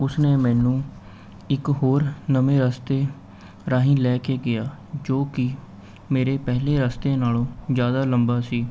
ਉਸਨੇ ਮੈਨੂੰ ਇੱਕ ਹੋਰ ਨਵੇਂ ਰਸਤੇ ਰਾਹੀਂ ਲੈ ਕੇ ਗਿਆ ਜੋ ਕਿ ਮੇਰੇ ਪਹਿਲੇ ਰਸਤੇ ਨਾਲੋਂ ਜ਼ਿਆਦਾ ਲੰਬਾ ਸੀ